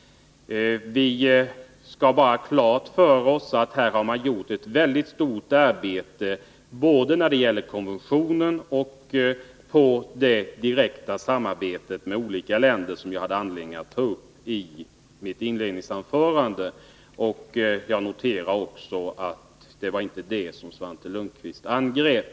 Vi skall ha klart för oss att man har nedlagt ett väldigt arbete både vad gäller konventionen och i det direkta samarbetet med olika länder. Jag hade anledning att ta upp detta i mitt inledningsanförande, och jag noterar också att det inte var detta arbete som Svante Lundkvist angrep.